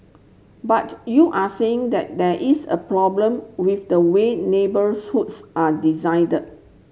but you are saying that there is a problem with the way neighbour's hoods are